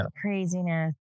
craziness